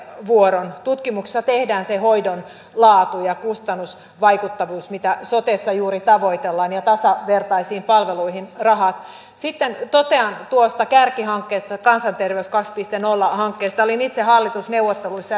toinen asia on se hoidon laatu ja kustannus vaikuttavuus mitä sotessa juuri tavoitellaan ja tasavertaisiin palveluihin rahaa sitten totean tuosta kärkihankkeesta kansanterveyskastikenolohankkeista niin että hallitusneuvotteluissa